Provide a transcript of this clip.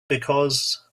because